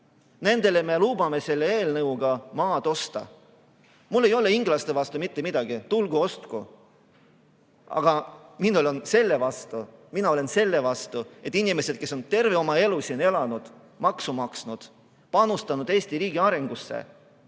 Nendel me lubame selle eelnõu [kohaselt] maad osta. Mul ei ole inglaste vastu mitte midagi – tulgu, ostku. Aga mina olen selle vastu, et inimesed, kes on terve oma elu siin elanud, makse maksnud, panustanud Eesti riigi arengusse